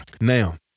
Now